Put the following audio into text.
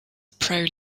pro